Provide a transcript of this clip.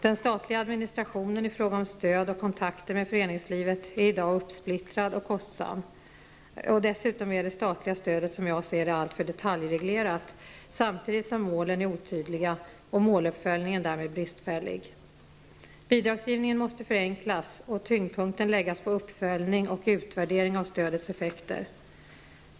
Den statliga administrationen i fråga om stöd och kontakter med föreningslivet är i dag uppsplittrad och kostsam. Dessutom är det statliga stödet som jag ser det alltför detaljreglerat, samtidigt som målen är otydliga och måluppföljningen därmed bristfällig. Bidragsgivningen måste förenklas och tyngdpunkten läggas på uppföljning och utvärdering av stödets effekter.